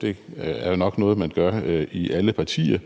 Det er nok noget man gør i alle partier,